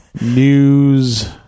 news